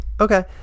Okay